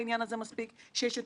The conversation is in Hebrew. אני רק רוצה להוסיף ולחדד,